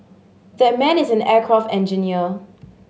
that man is an aircraft engineer